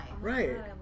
Right